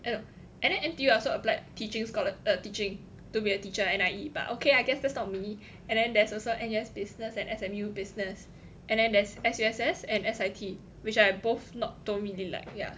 and and then N_T_U I also applied teaching got a teaching to be a teacher N_I_E but okay I guess that's not me and then there's also N_U_S business and S_M_U business and then there's S_U_S_S and S_I_T which I both not told me they like yeah